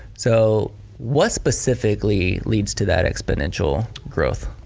so what specifically leads to that exponential growth?